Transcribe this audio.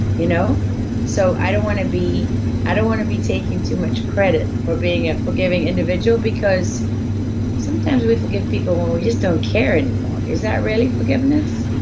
you know so, i don't want to be i don't want to be taking too much credit for being a forgiving individual, because sometimes we forgive people when we just don't care anymore. is that really forgiveness?